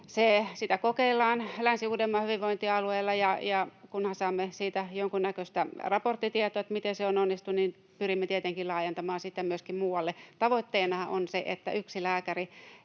sitä kokeillaan Länsi-Uudenmaan hyvinvointialueella, ja kunhan saamme siitä jonkunnäköistä raporttitietoa, miten se on onnistunut, niin pyrimme tietenkin laajentamaan sitä myöskin muualle. Tavoitteenahan on se, että ihminen